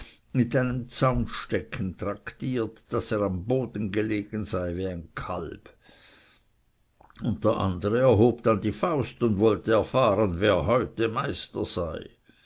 mit einem zaunstecken traktiert daß er am boden gelegen sei wie ein kalb und der andere erhob dann die faust und wollte er fahren wer heute meister sei